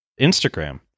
Instagram